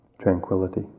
tranquility